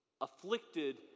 Afflicted